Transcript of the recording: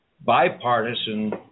bipartisan